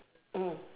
mm